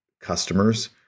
customers